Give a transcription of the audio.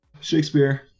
Shakespeare